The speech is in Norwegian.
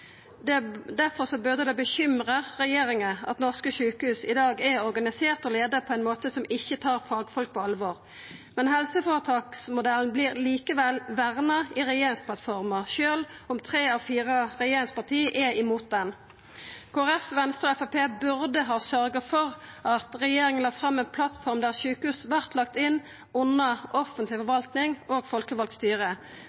helsevesen. Derfor burde det bekymra regjeringa at norske sjukehus i dag er organiserte og leia på ein måte som ikkje tar fagfolk på alvor. Men helseføretaksmodellen vert likevel verna i regjeringsplattforma, sjølv om tre av fire regjeringsparti er imot han. Kristeleg Folkeparti, Venstre og Framstegspartiet burde ha sørgt for at regjeringa la fram ei plattform der sjukehus vart lagde inn under